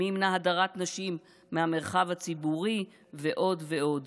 מי ימנע הדרת נשים מהמרחב הציבורי ועוד ועוד?